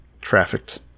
trafficked